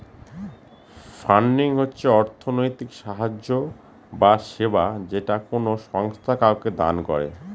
funding হচ্ছে অর্থনৈতিক সাহায্য বা সেবা যেটা কোনো সংস্থা কাউকে দান করে